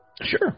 sure